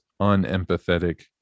unempathetic